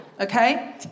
okay